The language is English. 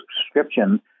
subscription